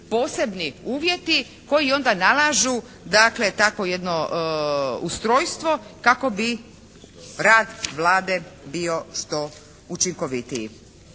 posebni uvjeti koji onda nalažu dakle takvo jedno ustrojstvo kako bi rad Vlade bio što učinkovitiji.